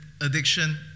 addiction